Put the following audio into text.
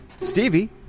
Stevie